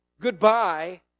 goodbye